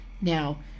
Now